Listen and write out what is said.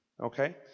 okay